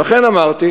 לכן אמרתי,